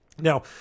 Now